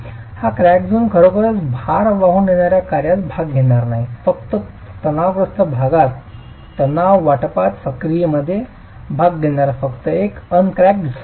हा crack zone खरोखरच भार वाहून नेणाऱ्या कार्यात भाग घेणार नाही फक्त तणावग्रस्त भागात तणाव वाटपात सक्रियपणे भाग घेणारा फक्त एक अनक्रेक्ड झोन आहे